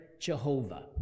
Jehovah